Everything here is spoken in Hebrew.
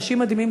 אנשים מדהימים.